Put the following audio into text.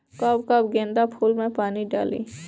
कब कब गेंदा फुल में पानी डाली?